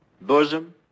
Bosom